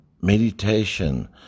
meditation